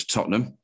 Tottenham